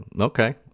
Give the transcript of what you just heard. Okay